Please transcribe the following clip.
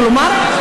ממש.